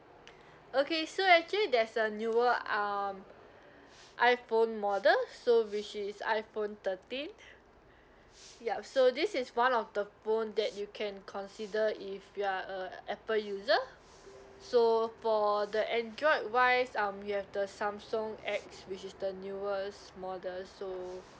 okay so actually there's a newer um iphone model so which is iphone thirteen ya so this is one of the phone that you can consider if you are a apple user so for the android wise um you have the samsung X which is the newest model so